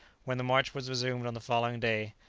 when the march was resumed on the following day,